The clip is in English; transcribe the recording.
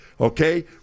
okay